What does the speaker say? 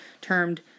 termed